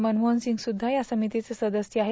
मनमोहन सिंग सुद्धा या समितीचे सदस्य आहेत